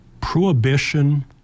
prohibition